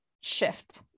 shift